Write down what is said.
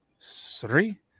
three